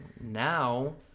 Now